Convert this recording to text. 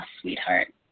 sweetheart